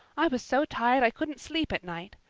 i was so tired i couldn't sleep at night.